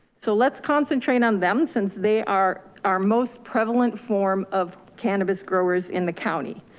so let's concentrate on them, since they are our most prevalent form of cannabis growers in the county.